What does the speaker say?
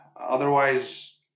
otherwise